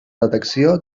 detecció